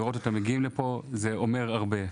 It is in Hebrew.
לראות אותם מגיעים לפה זה אומר הרבה.